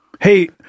hey